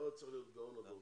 לא צריכים להיות גאון הדור,